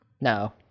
No